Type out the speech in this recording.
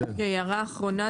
הערה אחרונה,